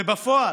ובפועל,